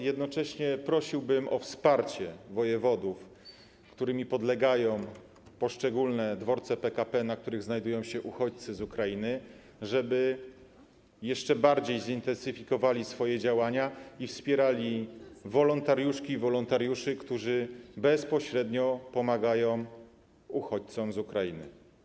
Jednocześnie prosiłbym o wsparcie wojewodów, którym podlegają poszczególne dworce PKP, na których znajdują się uchodźcy z Ukrainy, żeby jeszcze bardziej zintensyfikowali swoje działania i wspierali wolontariuszki i wolontariuszy, którzy bezpośrednio pomagają uchodźcom z Ukrainy.